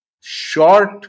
short